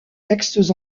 textes